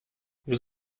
vous